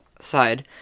side